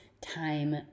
time